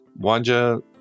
wanja